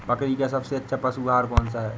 बकरी का सबसे अच्छा पशु आहार कौन सा है?